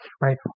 right